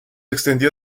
extendió